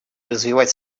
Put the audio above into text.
развивать